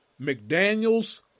McDaniels